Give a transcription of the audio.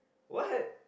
what